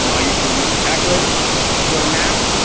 you know i usually use a calculator when i'm doing math,